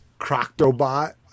Croctobot